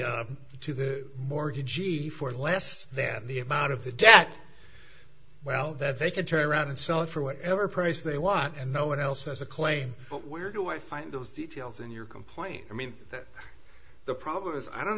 to the to the mortgage easy for less than the amount of the debt well that they can turn around and sell it for whatever price they want and no one else has a claim but where do i find those details in your complaint i mean that the problem is i don't